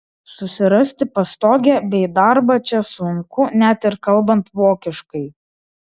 susirasti pastogę bei darbą čia sunku net ir kalbant vokiškai